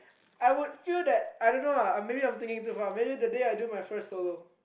I would feel that I don't know ah maybe I'm thinking too far maybe the day I do my first solo